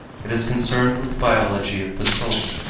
it is concerned with the biology of the soul.